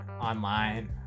online